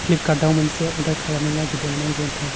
फ्लिपकार्टआव मोनसे अर्डार खालामनो नागिरदोंमोन आं जन्ता